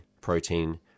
protein